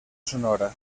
sonora